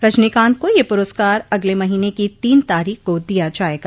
रजनीकांत को यह पुरस्कार अगले महीने की तीन तारीख को दिया जाएगा